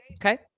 Okay